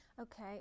Okay